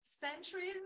centuries